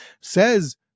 says